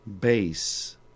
base